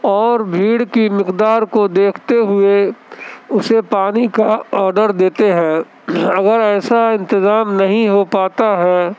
اور بھیڑ کی مقدار کو دیکھتے ہوئے اسے پانی کا آڈر دیتے ہیں اگر ایسا انتظام نہیں ہو پاتا ہے